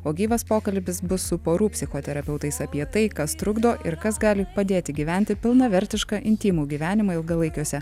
o gyvas pokalbis bus su porų psichoterapeutais apie tai kas trukdo ir kas gali padėti gyventi pilnavertišką intymų gyvenimą ilgalaikiuose